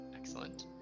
Excellent